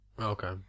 Okay